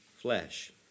flesh